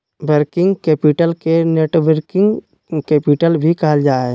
working capital के networking capital भी कहल जा हय